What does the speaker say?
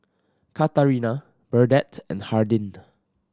Katarina Burdette and Hardin